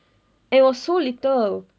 it was so little